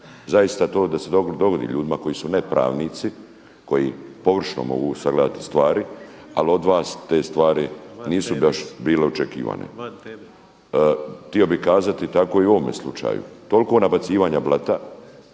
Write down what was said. Zaista to da se dogodi ljudima koji su ne-pravnici koji površno mogu sagledati stvari, ali od vas te stvari nisu baš bile očekivane. Htio bih kazati tako i u ovome slučaju. Toliko nabacivanja blata